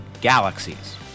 galaxies